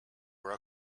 were